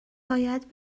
باید